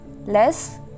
Less